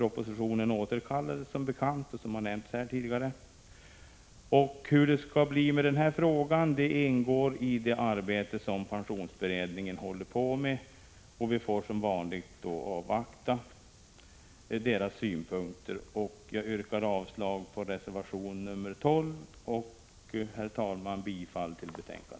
Propositionen återkallades som bekant, och frågan om hur detta skall lösas ingår i det arbete som pensionsberedningen håller på med — vi får som vanligt avvakta dess synpunkter. Herr talman! Jag yrkar avslag på reservation nr 12 och bifall till utskottets hemställan.